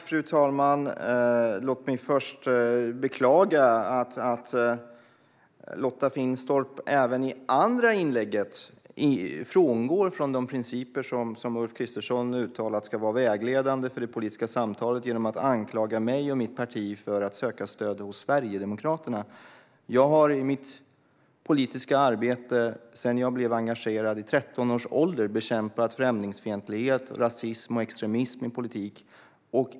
Fru talman! Låt mig först beklaga att Lotta Finstorp även i sitt andra inlägg frångår de principer som Ulf Kristersson har uttalat ska vara vägledande för det politiska samtalet genom att anklaga mig och mitt parti för att söka stöd hos Sverigedemokraterna. Jag har i mitt politiska arbete, sedan jag vid 13 års ålder blev engagerad, bekämpat främlingsfientlighet, rasism och extremism i politik.